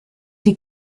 die